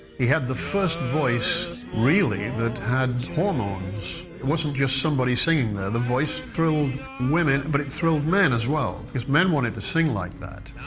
he had the first voice, really, that had hormones. it wasn't just somebody singing there, the voice thrilled women but it thrilled men as well, because men wanted to sing like that.